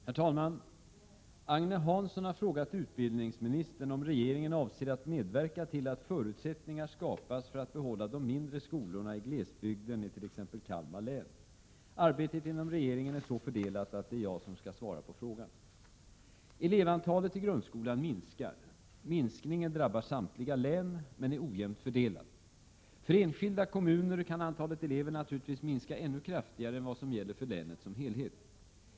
Herr talman! Agne Hansson har frågat utbildningsministern om regeringen avser att medverka till att förutsättningar skapas för att behålla de mindre skolorna på glesbygden i t.ex. Kalmar län. Arbetet inom regeringen är så fördelat att det är jag som skall svara på frågan. Elevantalet i grundskolan minskar. Minskningen drabbar samtliga län men är ojämnt fördelad. För enskilda kommuner kan antalet elever naturligtvis minska ännu kraftigare än vad som gäller för länet som helhet.